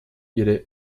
ihre